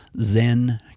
Zen